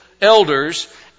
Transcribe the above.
elders